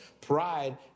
pride